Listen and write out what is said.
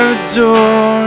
adore